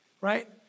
right